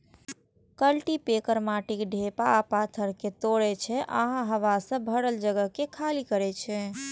cultipacker माटिक ढेपा आ पाथर कें तोड़ै छै आ हवा सं भरल जगह कें खाली करै छै